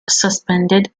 suspended